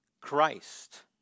Christ